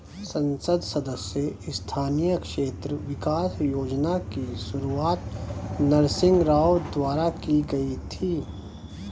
संसद सदस्य स्थानीय क्षेत्र विकास योजना की शुरुआत नरसिंह राव द्वारा की गई थी